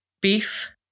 Beef